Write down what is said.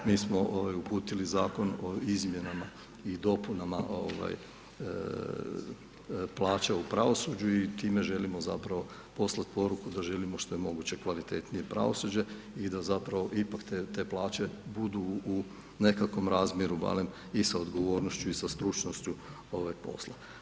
Mi smo uputili Zakon o izmjenama i dopunama plaća u pravosuđu i time želimo zapravo poslati poruku da želimo što je moguće kvalitetnije pravosuđe i da zapravo ipak te plaće budu u nekakvom razmjeru barem i sa odgovornošću i sa stručnošću posla.